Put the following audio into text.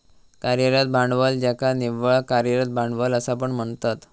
कार्यरत भांडवल ज्याका निव्वळ कार्यरत भांडवल असा पण म्हणतत